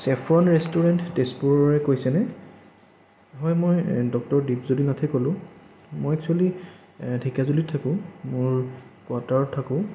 saffron restaurant তেজপুৰৰে কৈছেনে হয় মই ডক্টৰ দীপজ্যোতি নাথে ক'লোঁ মই একচুয়েলি ঢেকিয়াজুলিত থাকোঁ মোৰ কোৱাটাৰত থাকোঁ